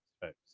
folks